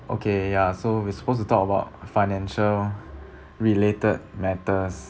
okay ya so we supposed to talk about financial related matters